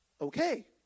Okay